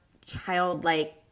childlike